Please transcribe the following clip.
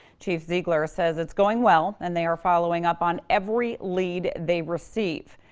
chief ziegler says it's going well, and they are following up on every lead they recieve.